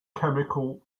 chemical